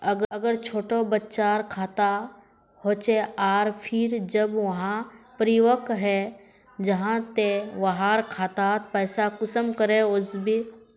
अगर छोटो बच्चार खाता होचे आर फिर जब वहाँ परिपक है जहा ते वहार खातात पैसा कुंसम करे वस्बे?